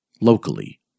Locally